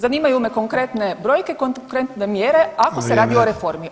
Zanimaju me konkretne brojke, konkretne mjere, ako se radi o reformi